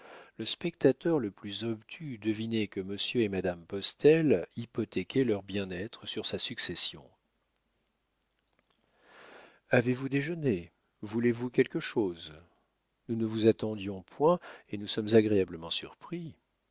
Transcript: le spectateur le plus obtus eût deviné que monsieur et madame postel hypothéquaient leur bien-être sur sa succession avez-vous déjeuné voulez-vous quelque chose nous ne vous attendions point et nous sommes agréablement surpris